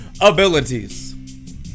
abilities